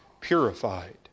purified